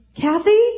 Kathy